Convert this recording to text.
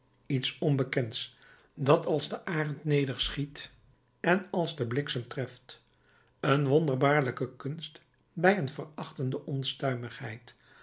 iets onbekends dat als de arend nederschiet en als de bliksem treft een wonderbaarlijke kunst bij een verachtende onstuimigheid